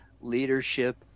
leadership